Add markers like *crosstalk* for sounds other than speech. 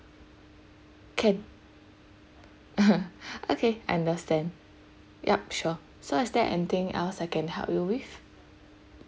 can *laughs* okay understand yup sure so is there anything else I can help you with